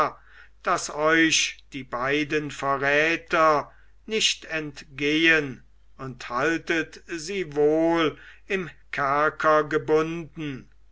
daß euch die beiden verräter nicht entgehen und haltet sie wohl im kerker gebunden